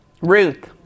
Ruth